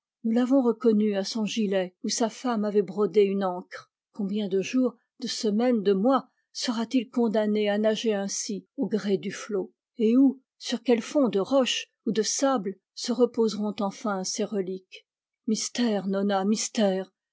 nous l'avons reconnu à son gilet où sa femme avait brodé une ancre combien de jours de semaines de mois sera-t-il condamné à nager ainsi au gré du flot et où sur quel fond de roche ou de sable se reposeront enfin ses reliques mystère nona mystère